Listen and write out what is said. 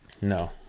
No